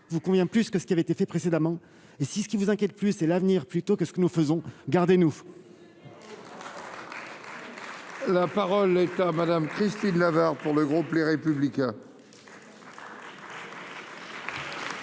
vous convient plus que ce qui avait été fait précédemment, et c'est ce qui vous inquiète le plus, c'est l'avenir plutôt que ce que nous faisons, gardez-nous. La parole est à Madame Christine L'avare pour le groupe Les Républicains.